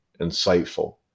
insightful